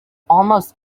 almost